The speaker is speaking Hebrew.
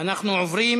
אנחנו עוברים